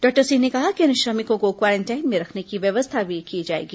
doctor Singh ने कहा कि इन श्रमिकों को क्वारेंटाइन में रखने की व्यवस्था भी की जाएगी